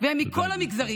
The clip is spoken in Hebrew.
והם מכל המגזרים,